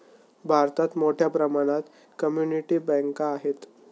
भारतात मोठ्या प्रमाणात कम्युनिटी बँका आहेत